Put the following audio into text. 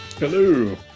Hello